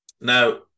Now